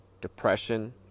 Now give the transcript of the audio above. depression